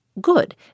Good